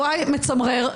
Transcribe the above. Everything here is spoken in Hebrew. מצמרר.